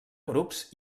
grups